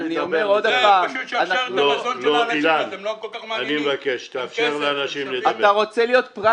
--- אז הם לא כל כך מעניינים --- אתה רוצה להיות פרקטי?